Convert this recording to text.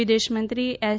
વિદેશમંત્રી એસ